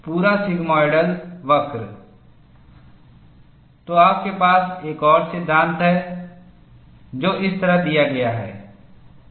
पूरा सिगमॉइडल वक्र तो आपके पास एक और सिद्धांत है जो इस तरह दिया गया है